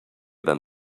than